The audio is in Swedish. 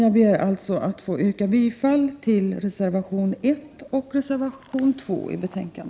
Jag ber att få yrka bifall till reservationerna 1 och 2 i betänkandet.